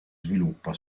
sviluppa